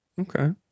Okay